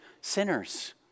sinners